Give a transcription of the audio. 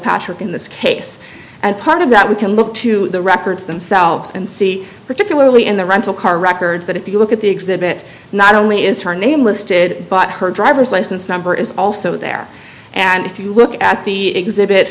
kilpatrick in this case and part of that we can look to the records themselves and see particularly in the rental car records that if you look at the exhibit not only is her name listed but her driver's license number is also there and if you look at the exhibit